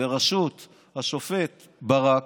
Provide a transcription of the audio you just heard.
בראשות השופט ברק,